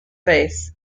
faith